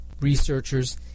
researchers